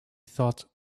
thought